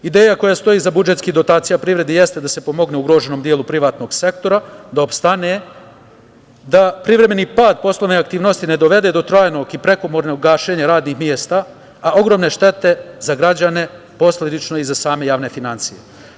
Ideja koja stoji iza budžetski dotacija privredi jeste da se pomogne ugroženom delu privatnog sektora da opstane, da privremeni pad poslovne aktivnosti ne dovede do trajnog i prekomernog gašenja radnih mesta, a ogromne štete za građane posledično i za same javne finansije.